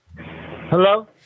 Hello